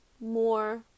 more